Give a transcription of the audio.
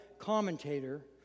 commentator